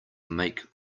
make